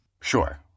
Sure